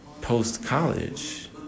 post-college